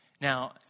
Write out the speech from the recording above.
Now